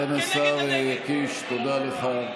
סגן השר קיש, תודה לך.